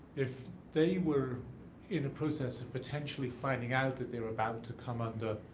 if they were in the process of potentially finding out that they were about to come under,